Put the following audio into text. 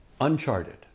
uncharted